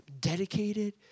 dedicated